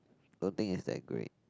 don't think is that great